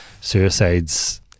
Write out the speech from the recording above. suicides